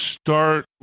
start